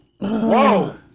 Whoa